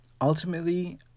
ultimately